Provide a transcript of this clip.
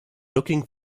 looking